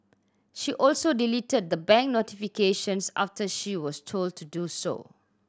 she also deleted the bank notifications after she was told to do so